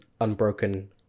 unbroken